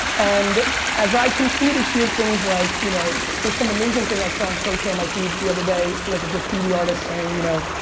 and as i continue to hear things, like, you know there's some amazing thing i saw on social, my feed the other day, like a graffiti artist saying, you know